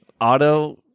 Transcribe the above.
auto